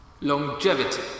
Longevity